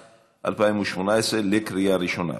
התשע"ח 2018. קריאה ראשונה.